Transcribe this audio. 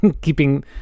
keeping